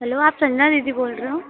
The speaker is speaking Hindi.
हैलो आप संजना दीदी बोल रहे हो